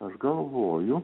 aš galvoju